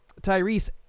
Tyrese